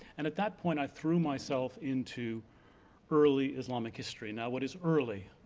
and at that point i threw myself into early islamic history. now what is early?